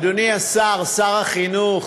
אדוני השר, שר החינוך,